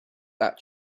that